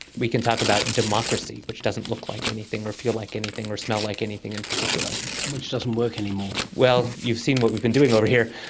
we can talk about democracy which doesn't look like anything or feel like anything or smell like anything in particular. and which doesn't work anymore. well, you've seen what we've been doing over here.